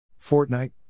Fortnite